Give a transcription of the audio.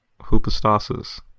hypostasis